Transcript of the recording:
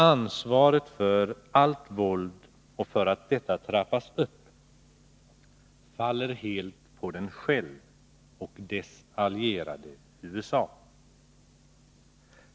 Ansvaret för allt våld och för att detta trappas upp faller helt på den själv och dess allierade USA.